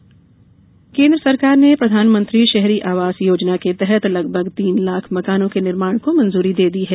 शहरी आवास केन्द्र सरकार ने प्रधानमंत्री शहरी आवास योजना के तहत लगभग तीन लाख मकानों के निर्माण को मंजूरी दे दी है